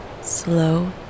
slow